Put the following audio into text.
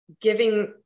giving